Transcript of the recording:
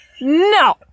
No